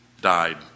died